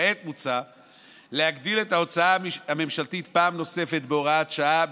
כעת מוצע להגדיל את ההוצאה הממשלתית פעם נוספת בהוראת השעה,